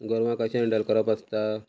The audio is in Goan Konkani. गोरवां कशें हँडल करप आसता